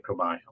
microbiome